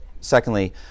Secondly